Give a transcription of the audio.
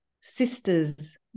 sisters